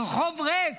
הרחוב ריק,